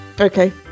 Okay